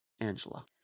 Angela